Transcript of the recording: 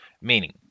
Meaning